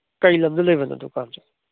ꯀꯔꯤ ꯂꯝꯗ ꯂꯩꯕꯅꯣ ꯗꯨꯀꯥꯟꯁꯦ